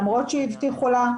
למרות שהבטיחו לה.